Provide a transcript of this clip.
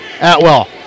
Atwell